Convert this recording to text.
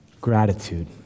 gratitude